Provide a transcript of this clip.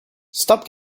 stop